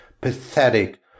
pathetic